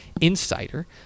insider